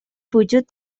وجود